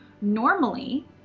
Normally